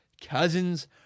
Cousins